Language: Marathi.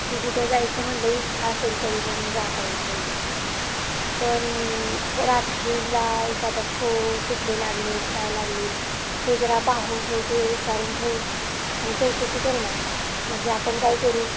की कुठं जायचं म्हणलं इच्छा असेल तरी पण जाता येत नाही आहे पण रात्रीला एखादा शो कुठले लागले आहेत काय लागले आहेत ते जरा पाहून ठेव किंवा विचारून ठेव आणि चौकशी कर ना म्हणजे आपण काय करू